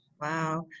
Wow